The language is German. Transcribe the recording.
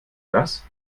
das